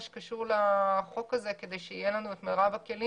שקשור לחוק הזה כדי שיהיו לנו את מרב הכלים,